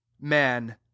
man